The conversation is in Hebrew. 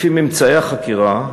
לפי ממצאי החקירה,